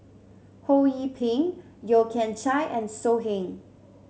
Ho Yee Ping Yeo Kian Chye and So Heng